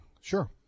Sure